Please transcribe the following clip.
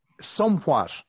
somewhat